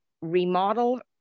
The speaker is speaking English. remodel